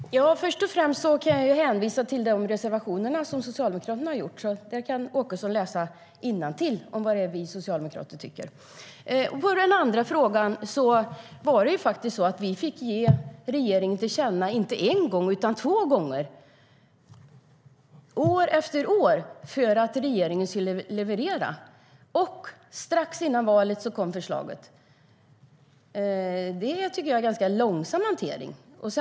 Herr talman! Först och främst kan jag hänvisa till de reservationer som Socialdemokraterna lämnat. Där kan Åkesson läsa innantill om vad det är vi socialdemokrater tycker. Angående den sista frågan var det faktiskt så att vi fick ge regeringen detta till känna inte en gång utan två gånger, år efter år, för att regeringen skulle leverera. Strax före valet kom förslaget. Det tycker jag är en ganska långsam hantering.